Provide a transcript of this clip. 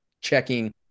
checking